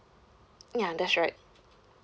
ya that's right